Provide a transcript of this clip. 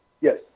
Yes